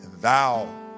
thou